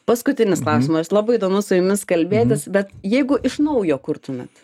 paskutinis klausimas labai įdomu su jumis kalbėtis bet jeigu iš naujo kurtumėt